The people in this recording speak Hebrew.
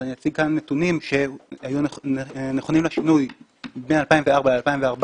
אז אני אציג כאן נתונים שהיו נכונים לשינוי מ-2004 עד 2014,